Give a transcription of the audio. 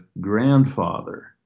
Grandfather